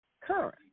current